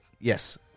Yes